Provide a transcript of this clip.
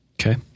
Okay